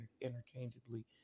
interchangeably